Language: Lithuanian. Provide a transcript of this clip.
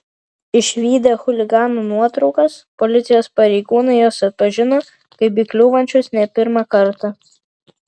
išvydę chuliganų nuotraukas policijos pareigūnai juos atpažino kaip įkliūvančius ne pirmą kartą